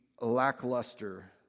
lackluster